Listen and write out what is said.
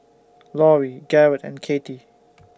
Lorri Garret and Katie